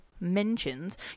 mentions